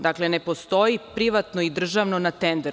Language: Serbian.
Dakle, ne postoji privatno i državno na tenderu.